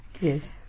Yes